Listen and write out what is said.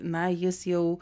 na jis jau